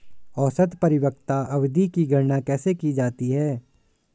औसत परिपक्वता अवधि की गणना कैसे की जाती है?